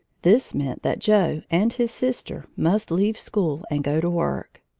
this meant that joe and his sister must leave school and go to work.